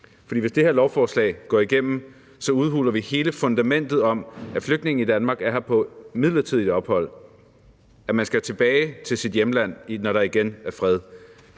hvis det her lovforslag går igennem, udhuler vi hele det fundament, at flygtninge i Danmark er her på midlertidigt ophold, at man skal tilbage til sit hjemland, når der igen er fred.